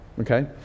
okay